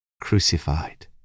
crucified